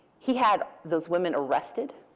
he had those women arrested,